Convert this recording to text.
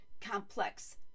complex